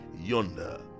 yonder